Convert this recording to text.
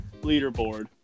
leaderboard